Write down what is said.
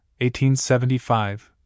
1875